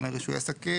בתחומי רישוי עסקים,